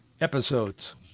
episodes